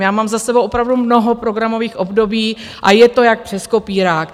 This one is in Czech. Já mám za sebou opravdu mnoho programových období a je to jak přes kopírák.